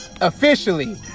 officially